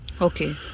Okay